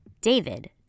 David